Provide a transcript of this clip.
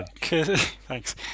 Thanks